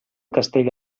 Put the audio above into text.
castell